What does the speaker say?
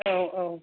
औ औ